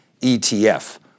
ETF